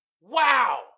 Wow